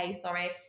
sorry